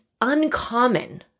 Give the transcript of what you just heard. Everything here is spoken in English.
uncommon